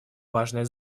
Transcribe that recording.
важное